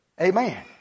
Amen